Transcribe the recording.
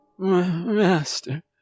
Master